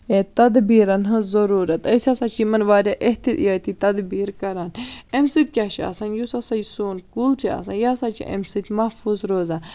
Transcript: تَدبیٖرَن ہٕنٛز ضروٗرَت أسۍ ہَسا چھِ یِمَن واریاہ احتِیٲطی تَدبیٖر کَران امہِ سۭتۍ کیاہ چھُ آسان یُس ہَسا یہِ سون کُل چھُ آسان یہِ ہَسا چھُ امہ سۭتۍ محفوظ روزان